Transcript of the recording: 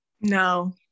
No